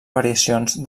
variacions